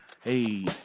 hey